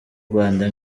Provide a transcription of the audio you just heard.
rwanda